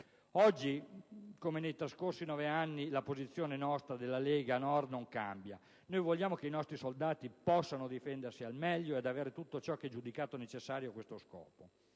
Oggi, come nei trascorsi nove anni, la posizione della Lega Nord non cambia; vogliamo che i nostri soldati possano difendersi al meglio ed avere tutto ciò che è giudicato necessario a questo fine;